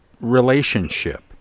relationship